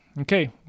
Okay